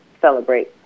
celebrate